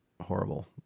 horrible